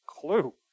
clue